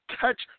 touch